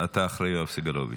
אתה אחרי יואב סגלוביץ'.